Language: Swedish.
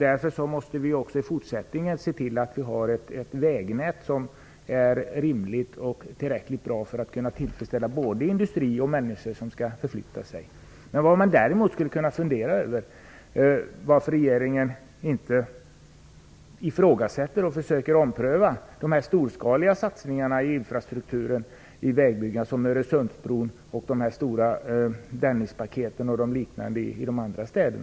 Därför måste vi också i framtiden se till att vi har ett vägnät som är rimligt och tillräckligt bra för att kunna tillfredsställa både industrins behov och de människor som skall förflytta sig. Däremot kan man fundera över varför regeringen inte ifrågasätter och försöker ompröva de storskaliga satsningarna i infrastrukturen. Jag avser Öresundsbron, Dennispaketet och liknande projekt i andra städer.